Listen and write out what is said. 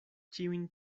ĉiujn